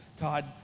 God